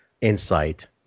insight